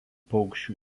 paukščių